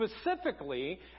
specifically